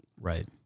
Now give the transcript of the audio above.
Right